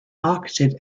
marketed